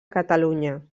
catalunya